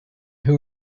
who